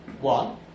One